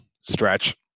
stretch